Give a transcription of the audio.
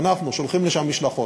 אנחנו שולחים לשם משלחות.